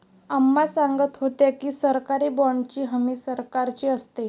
अम्मा सांगत होत्या की, सरकारी बाँडची हमी सरकारची असते